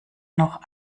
noch